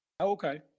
Okay